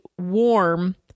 warm